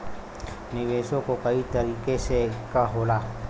निवेशो कई तरीके क होला